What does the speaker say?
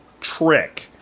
trick